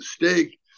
mistake